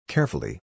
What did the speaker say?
Carefully